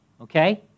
okay